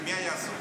מי היה השר?